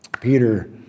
Peter